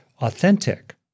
authentic